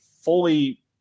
fully